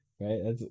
Right